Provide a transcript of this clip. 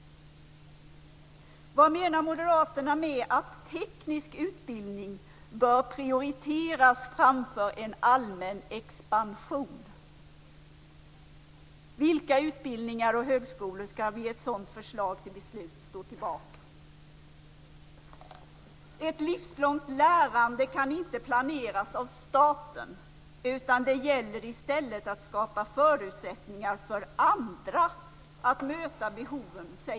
Vad menar moderaterna med formuleringen att teknisk utbildning bör prioriteras framför en allmän expansion? Vilka utbildningar och högskolor skall vid ett sådant förslag till beslut stå tillbaka? Moderaterna skriver i samma motion att ett livslångt lärande inte kan planeras av staten, utan det gäller i stället att skapa förutsättningar för andra att möta behoven.